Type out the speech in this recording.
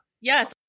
Yes